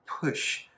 push